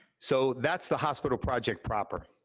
so, that's the hospital project proper.